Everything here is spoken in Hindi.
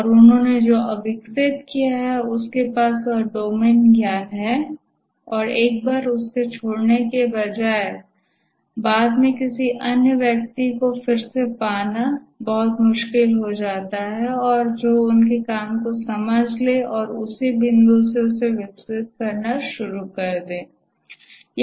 और उन्होंने जो विकसित किया है उनके पास वह डोमेन ज्ञान है और एक बार उनके छोड़ने के बाद किसी अन्य व्यक्ति को प्राप्त करना बहुत मुश्किल हो जाता है जो उनके काम को समझेगा और उस बिंदु से विकसित करना शुरू कर देगा